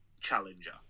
Challenger